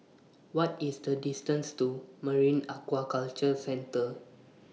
What IS The distance to Marine Aquaculture Centre